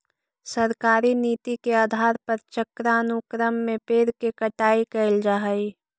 सरकारी नीति के आधार पर चक्रानुक्रम में पेड़ के कटाई कैल जा हई